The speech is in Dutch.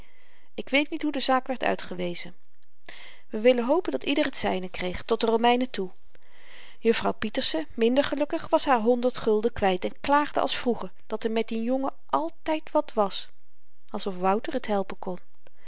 ik weet niet hoe de zaak werd uitgewezen we willen hopen dat ieder t zyne kreeg tot de romeinen toe juffrouw pieterse minder gelukkig was haar honderd gulden kwyt en klaagde als vroeger dat er met dien jongen altyd wàt was alsof wouter t